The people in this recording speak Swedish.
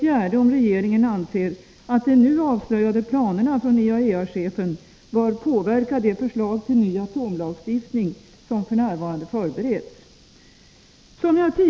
Anser regeringen att de nu avslöjade planerna från IAEA-chefen bör påverka det förslag till ny atomlagstiftning som f. n. förbereds?